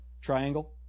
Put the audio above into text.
Triangle